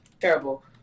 Terrible